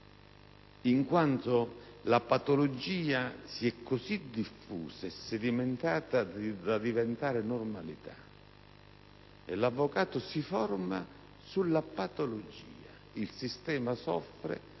in quanto la patologia si è così diffusa e sedimentata da diventare normalità. L'avvocato si forma sulla patologia; il sistema soffre